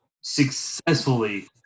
successfully